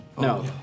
no